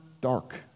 dark